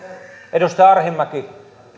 edustaja arhinmäki